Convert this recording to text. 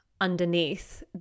underneath